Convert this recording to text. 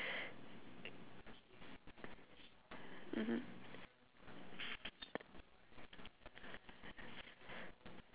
mmhmm